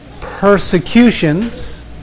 persecutions